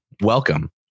welcome